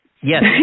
Yes